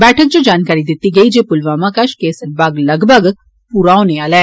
बैठक च जानकारी दिती गेई जे पुलवामा कष केसर बाग लगभग पूरा होने आला ऐ